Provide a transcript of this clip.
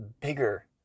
bigger